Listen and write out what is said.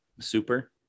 super